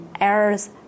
errors